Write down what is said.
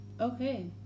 Okay